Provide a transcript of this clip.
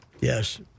Yes